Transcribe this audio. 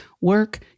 work